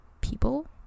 people